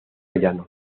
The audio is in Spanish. llano